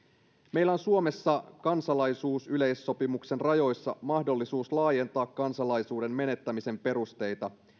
meillä on suomessa kansalaisuusyleissopimuksen rajoissa mahdollisuus laajentaa kansalaisuuden menettämisen perusteita